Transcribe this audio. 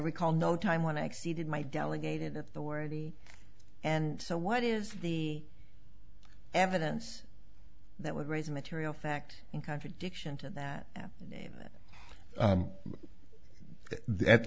recall no time when i exceeded my delegated authority and so what is the evidence that would raise a material fact